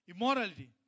immorality